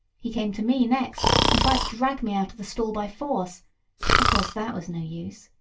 he came to me next and tried to drag me out of the stall by force of course that was no use.